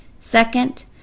Second